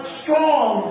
strong